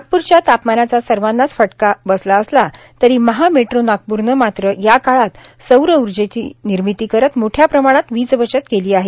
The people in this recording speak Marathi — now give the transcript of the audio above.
नागपूरच्या तापमानाचा सर्वांनाच फटका बसला असला तरी महा मेट्रो नागपूरने मात्र या काळात सौर उर्जेची निर्मिती करत मोठ्या प्रमाणात वीज बचत केली आहे